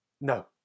No